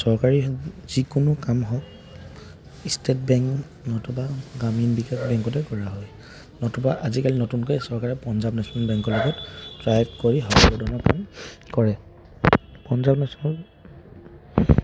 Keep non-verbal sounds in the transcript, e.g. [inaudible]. চৰকাৰী যিকোনো কাম হওক ষ্টেট বেংক নতুবা গ্ৰামীণ বিকাশ বেংকতে কৰা হয় নতুবা আজিকালি নতুনকৈ চৰকাৰে পঞ্জাৱ নেশ্যনেল বেংকৰ লগত [unintelligible] কৰি [unintelligible] কাম কৰে পঞ্জাৱ নেশ্যনেল